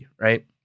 right